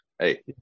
Hey